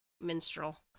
minstrel